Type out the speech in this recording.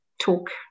talk